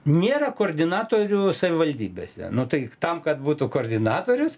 nėra koordinatorių savivaldybėse nu tai tam kad būtų koordinatorius